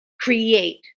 Create